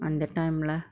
under time lah